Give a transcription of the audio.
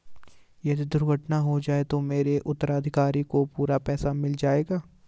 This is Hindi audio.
यदि दुर्घटना हो जाये तो मेरे उत्तराधिकारी को पूरा पैसा मिल जाएगा?